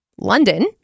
London